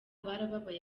barababaye